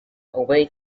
away